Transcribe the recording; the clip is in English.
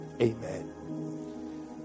Amen